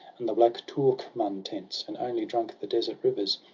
and the black toorkmun tents and only drunk the desert rivers,